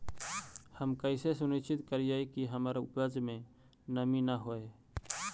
हम कैसे सुनिश्चित करिअई कि हमर उपज में नमी न होय?